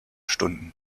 stunden